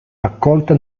accolta